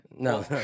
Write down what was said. No